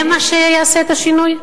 זה מה שיעשה את השינוי?